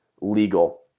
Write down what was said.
legal